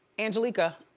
angelica,